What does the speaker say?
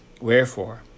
Wherefore